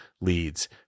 leads